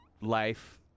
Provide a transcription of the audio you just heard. life